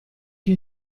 che